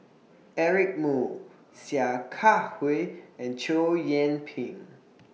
Eric Moo Sia Kah Hui and Chow Yian Ping